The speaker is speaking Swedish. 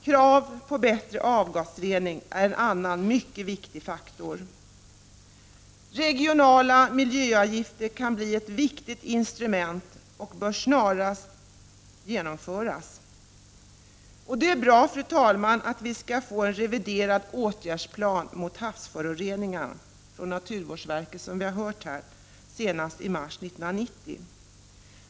Krav på bättre avgasrening är en annan mycket viktig faktor. Regionala miljöavgifter kan bli ett viktigt instrument och bör snarast möjligt genomföras. Det är bra att vi skall få en reviderad åtgärdsplan mot havsföroreningar från naturvårdsverket senast i mars 1990.